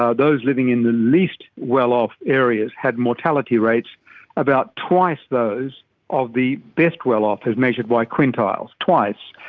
um those living in the least well-off areas had mortality rates about twice those of the best well-off as measured by quintiles, twice,